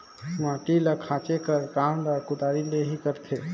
माटी ल खाचे कर काम ल कुदारी ले ही करथे